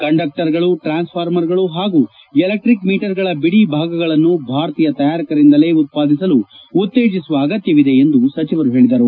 ಕಂಡಕ್ಷರ್ಗಳು ಟ್ರಾನ್ಸ್ಫಾರ್ಮರ್ಗಳು ಹಾಗೂ ಎಲೆಕ್ಷಿಕ್ ಮೀಟರ್ಗಳ ಬಿಡಿ ಭಾಗಗಳನ್ನು ಭಾರತೀಯ ತಯಾರಿಕರಿಂದಲೇ ಉತ್ಪಾದಿಸಲು ಉತ್ಸೇಜಿಸುವ ಅಗತ್ಯವಿದೆ ಎಂದು ಸಚಿವರು ಹೇಳಿದರು